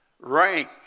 rank